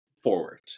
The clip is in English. forward